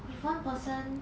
if one person